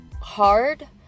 hard